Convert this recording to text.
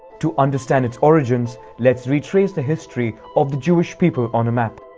to understand its origins, let's retrace the history of the jewish people on a map.